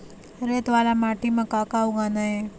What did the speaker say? रेत वाला माटी म का का उगाना ये?